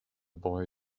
boy